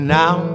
now